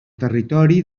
territori